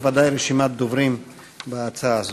יש ודאי רשימת דוברים בהצעה הזאת.